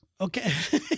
Okay